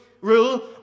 rule